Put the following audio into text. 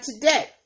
today